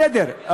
בסדר.